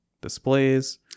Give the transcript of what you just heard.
displays